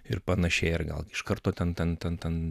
ir panašiai ar gal iš karto ten ten ten ten